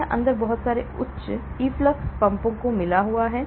यह अंदर बहुत सारे उच्च efflux पंपों को मिला है